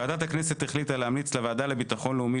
ועדת הכנסת החליטה להמליץ לוועדה לביטחון לאומי